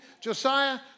Josiah